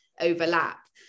overlap